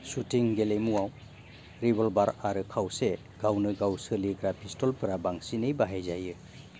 shooting गेलेमुवाव revolver आरो खावसे गावनोगाव सोलिग्रा पिस्त'लफोरा बांसिनै बाहाय जायो